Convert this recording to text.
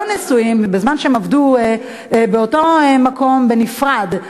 נשואים, בזמן שהם עבדו באותו מקום בנפרד,